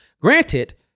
Granted